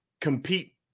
compete